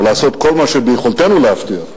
או לעשות כל מה שביכולתנו להבטיח,